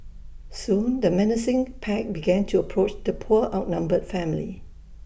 soon the menacing pack began to approach the poor outnumbered family